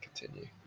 continue